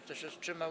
Kto się wstrzymał?